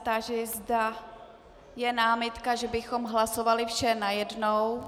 Táži se, zda je námitka, že bychom hlasovali vše najednou.